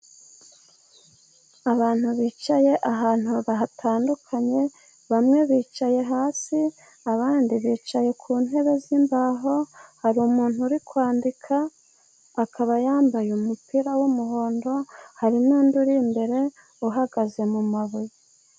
Abantu bicaye ahantu hatandukanye ,bamwe bicaye hasi ,abandi bicaye ku ntebe z'imbaho ,hari umuntu uri kwandika akaba yambaye umupira w'umuhondo, hari n'undi uri imbere uhagaze mu mabuye.